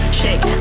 shake